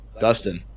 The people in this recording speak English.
Dustin